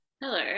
Hello